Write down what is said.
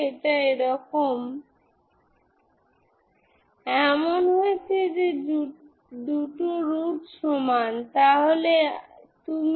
এই সীমা থাকা উচিত এটি ফিনিট হওয়া উচিত